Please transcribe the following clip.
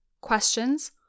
questions